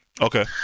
Okay